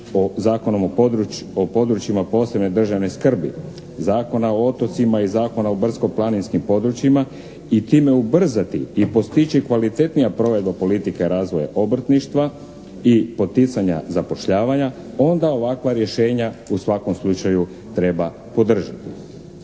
Zakonom o područjima posebne državne skrbi, Zakona o otocima i Zakona o brdsko-planinskim područjima i time ubrzati i postići kvalitetnija provedba politike razvoja obrtništva i poticanja zapošljavanja, onda ovakva rješenja u svakom slučaju treba podržati.